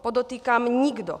Podotýkám nikdo!